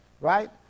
Right